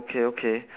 okay okay